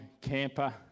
camper